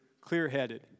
clear-headed